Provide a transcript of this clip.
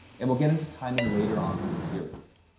and we'll get into timing later on in the series.